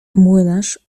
młynarz